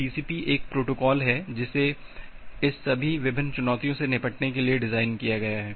TCP एक protocol है जिसे इस सभी विभिन्न चुनौतियों से निपटने के लिए डिज़ाइन किया गया है